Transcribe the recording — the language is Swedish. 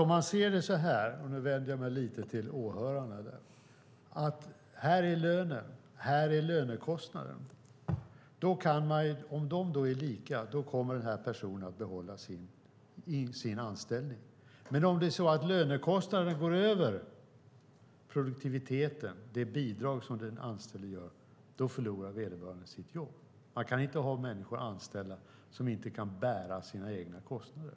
Om man ställer lönen och lönekostnaden bredvid varandra och de är lika kommer personen att behålla sin anställning. Men om lönekostnaden går över produktiviteten, det bidrag som den anställde ger, förlorar vederbörande sitt jobb. Det går inte att ha anställda som inte kan bära sina egna kostnader.